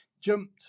jumped